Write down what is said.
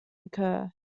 occur